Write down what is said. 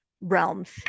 realms